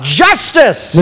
justice